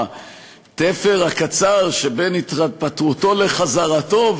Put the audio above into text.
בתפר הקצר שבין התפטרותו לחזרתו,